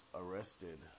arrested